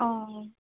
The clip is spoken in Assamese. অঁ অঁ